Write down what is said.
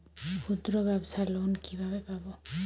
ক্ষুদ্রব্যাবসার লোন কিভাবে পাব?